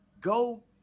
go